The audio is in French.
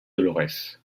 dolorès